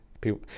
people